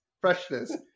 freshness